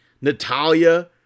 Natalia